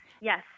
yes